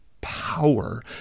power